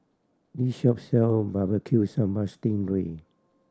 this shop sell Barbecue Sambal sting ray